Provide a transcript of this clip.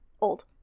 old